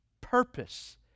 purpose